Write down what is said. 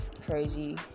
crazy